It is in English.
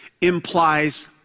implies